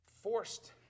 Forced